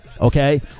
okay